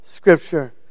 Scripture